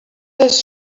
does